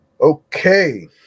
Okay